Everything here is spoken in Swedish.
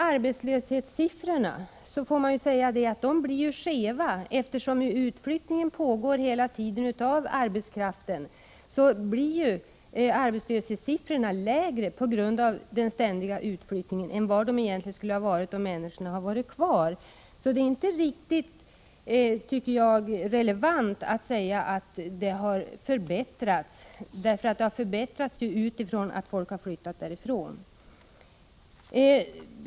Arbetslöshetssiffrorna ger en skev bild, eftersom en utflyttning av arbetskraften pågår hela tiden. Siffrorna blir lägre på grund av den ständiga utflyttningen än vad de skulle bli om människorna stannade kvar. Det är därför inte riktigt relevant att säga att läget har förbättrats, eftersom förbättringarna har skett på grund av att folk har flyttat.